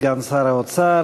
סגן שר האוצר,